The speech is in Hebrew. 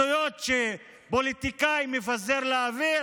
ומשטויות שפוליטיקאי מפזר לאוויר?